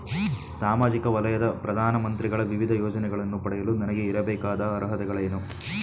ಸಾಮಾಜಿಕ ವಲಯದ ಪ್ರಧಾನ ಮಂತ್ರಿಗಳ ವಿವಿಧ ಯೋಜನೆಗಳನ್ನು ಪಡೆಯಲು ನನಗೆ ಇರಬೇಕಾದ ಅರ್ಹತೆಗಳೇನು?